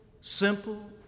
simple